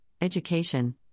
education